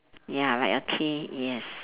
ya like a K yes